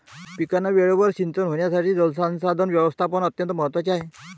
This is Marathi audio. पिकांना वेळेवर सिंचन होण्यासाठी जलसंसाधन व्यवस्थापन अत्यंत महत्त्वाचे आहे